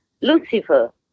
Lucifer